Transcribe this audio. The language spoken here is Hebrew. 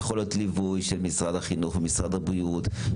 יכול להיות ליווי של משרד החינוך ומשרד הבריאות,